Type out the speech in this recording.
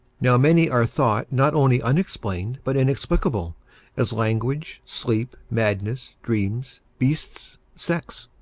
now many are thought not only unexplained but inexplicable as language, sleep, madness, dreams, beasts, sex.